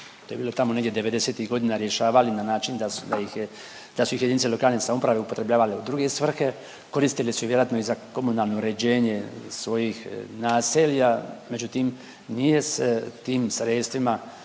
to je bilo tamo negdje 90.-tih godina, rješavali na način da su, da ih je, da su ih JLS upotrebljavali u druge svrhe, koristili su ih vjerojatno i za komunalno uređenje svojih naselja, međutim nije se tim sredstvima